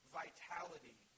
vitality